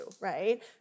right